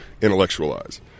intellectualize